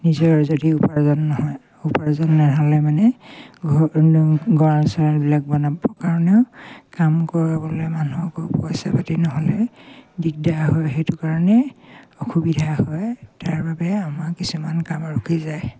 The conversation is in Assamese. নিজৰ যদি উপাৰ্জন নহয় উপাৰ্জন নহ'লে মানে ঘৰ গঁৰাল চৰালবিলাক বনাবৰ কাৰণেও কাম কৰিবলে মানুহকো পইচা পাতি নহ'লে দিগদাৰ হয় সেইটো কাৰণে অসুবিধা হয় তাৰবাবে আমাৰ কিছুমান কাম ৰখি যায়